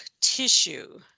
tissue